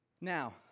Now